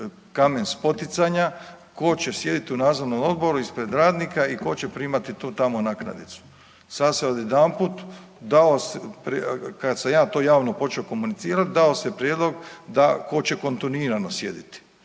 kamen spoticanja, tko će sjediti u nadzornom odboru ispred radnika i tko će primati tu tamo naknadnicu. Sad se odjedanput dao se, kad sam ja to javno počeo komunicirati, dao se prijedlog da tko će kontinuirano sjediti.